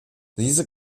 diese